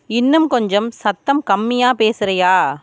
இன்னும் கொஞ்சம் சத்தம் கம்மியாக பேசுறியா